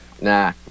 Nah